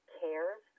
cares